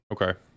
Okay